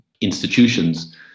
Institutions